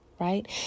Right